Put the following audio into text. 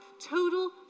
total